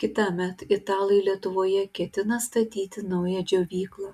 kitąmet italai lietuvoje ketina statyti naują džiovyklą